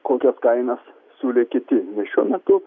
kokias kainas siūlė kiti nes šiuo metu